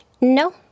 No